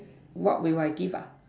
what will I give ah